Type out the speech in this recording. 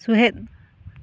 ᱥᱚᱦᱮᱫ